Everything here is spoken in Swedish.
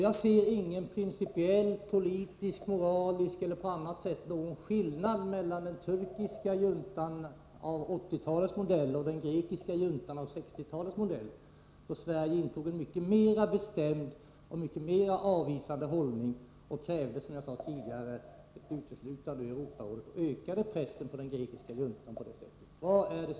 Jag ser ingen principiell, politisk, moralisk eller annan skillnad mellan den turkiska juntan av 1980-talets modell och den grekiska juntan av 1960-talets modell. I det senare fallet intog Sverige en mycket mer bestämd och mycket mer avvisande hållning. Vi krävde då, som jag sade tidigare, Greklands uteslutning ur Europarådet och ökade pressen på den grekiska juntan på detta sätt.